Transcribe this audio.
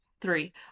Three